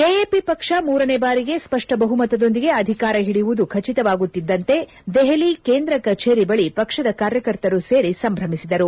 AAP ಪಕ್ಷ ಮೂರನೇ ಬಾರಿಗೆ ಸ್ಪಷ್ಟ ಬಹುಮತದೊಂದಿಗೆ ಅಧಿಕಾರ ಹಿಡಿಯುವುದು ಖಚಿತವಾಗುತ್ತಿದ್ದಂತೆ ದೆಹಲಿ ಕೇಂದ್ರ ಕಚೇರಿ ಬಳಿ ಪಕ್ಷದ ಕಾರ್ಯಕರ್ತರು ಸೇರಿ ಸಂಭ್ರಮಿಸಿದರು